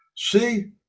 See